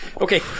Okay